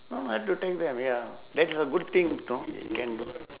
no have to take them ya that's a good thing know can do